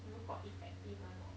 如果 effective or not